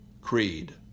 creed